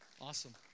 awesome